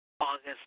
August